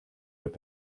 with